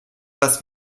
was